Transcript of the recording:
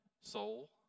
soul